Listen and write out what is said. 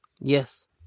Yes